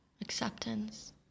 acceptance